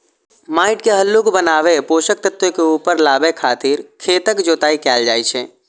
माटि के हल्लुक बनाबै, पोषक तत्व के ऊपर लाबै खातिर खेतक जोताइ कैल जाइ छै